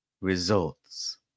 results